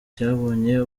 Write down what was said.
cyabonye